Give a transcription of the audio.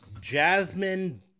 Jasmine